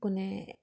কোনে